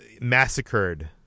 massacred